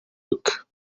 look